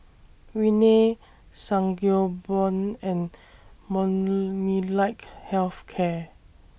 Rene Sangobion and Molnylcke Health Care